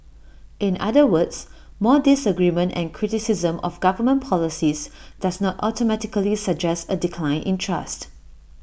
in other words more disagreement and criticism of government policies does not automatically suggest A decline in trust